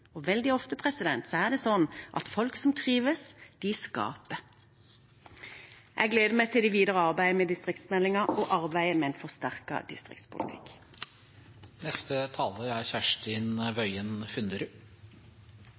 Veldig ofte er det sånn at folk som trives, skaper. Jeg gleder meg til det videre arbeidet med distriktsmeldingen og arbeidet med en